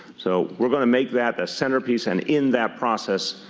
so we're going to make that the centerpiece. and in that process,